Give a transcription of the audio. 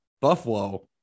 Buffalo